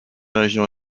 régions